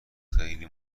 خیلی